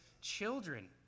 children